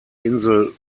insel